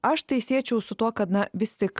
aš tai siečiau su tuo kad na vis tik